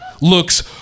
looks